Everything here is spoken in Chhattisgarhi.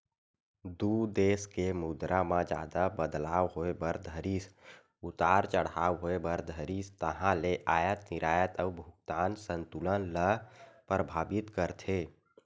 दू देस के मुद्रा म जादा बदलाव होय बर धरिस उतार चड़हाव होय बर धरिस ताहले अयात निरयात अउ भुगतान संतुलन ल परभाबित करथे